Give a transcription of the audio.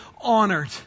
honored